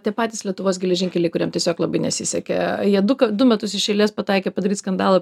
tie patys lietuvos geležinkeliai kuriem tiesiog labai nesisekė jie dukart du metus iš eilės pataikė padaryt skandalą